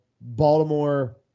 Baltimore